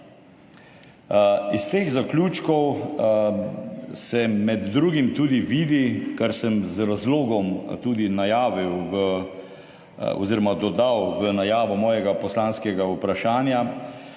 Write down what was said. Iz teh zaključkov se med drugim tudi vidi, kar sem z razlogom tudi najavil oziroma dodal v najavo svojega poslanskega vprašanja,